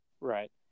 Right